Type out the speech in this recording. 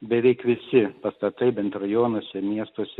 beveik visi pastatai bent rajonuose miestuose